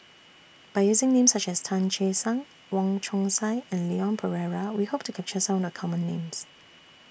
By using Names such as Tan Che Sang Wong Chong Sai and Leon Perera We Hope to capture Some of The Common Names